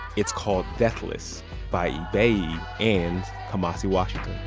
it's called deathless by ibeyi and kamasi washington